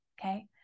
okay